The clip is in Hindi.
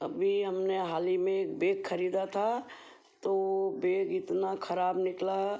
अभी हमने हाल ही में बेग खरीदा था तो बेग इतना खराब निकला